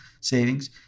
savings